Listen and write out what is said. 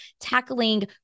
tackling